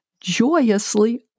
joyously